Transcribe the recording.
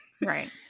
Right